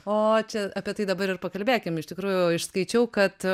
o čia apie tai dabar ir pakalbėkim iš tikrųjų išskaičiau kad